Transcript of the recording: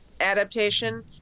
adaptation